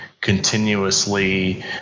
continuously